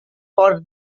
for